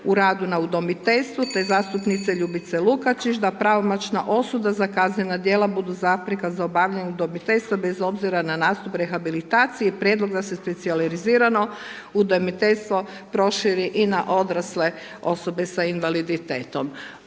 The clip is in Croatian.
u radu na udomiteljstvu, te zastupnice Ljubice Lukačić da pravomoćna osuda za kaznena djela budu zapreka za obavljanje udomiteljstva bez obzira na nastup rehabilitaciji, Prijedlog da se specijalizirano udomiteljstvo proširi i na odrasle osobe sa invaliditetom.